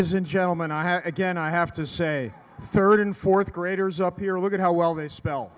is a gentleman i have again i have to say third and fourth graders up here look at how well they spell